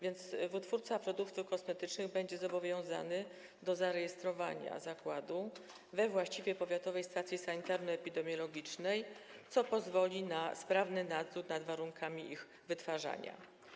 Wytwórca produktów kosmetycznych będzie więc zobowiązany do zarejestrowania zakładu we właściwej powiatowej stacji sanitarno-epidemiologicznej, co pozwoli na sprawny nadzór nad warunkami ich wytwarzania.